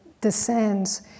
descends